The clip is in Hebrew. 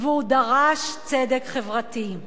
והוא דרש צדק חברתי.